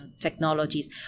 technologies